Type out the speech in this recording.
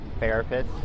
therapists